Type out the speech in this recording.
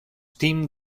tim